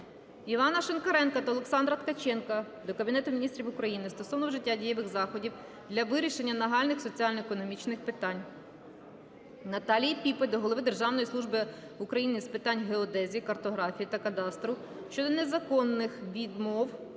Івана Шинкаренка та Олександра Ткаченка до Кабінету Міністрів України стосовно вжиття дієвих заходів для вирішення нагальних соціально-економічних питань. Наталії Піпи до голови Державної служби України з питань геодезії, картографії та кадастру щодо незаконних відмов